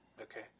Okay